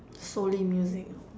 solely music